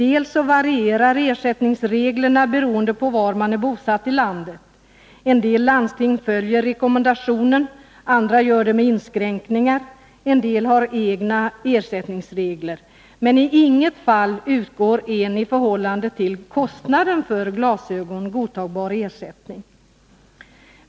Ersättningsreglerna varierar nämligen beroende på var i landet man är bosatt — en del landsting följer rekommendationen, andra gör det med inskränkningar och åter andra har egna ersättningsregler, men i inget fall utgår en i förhållande till kostnaden för glasögon godtagbar ersättning.